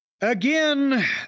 Again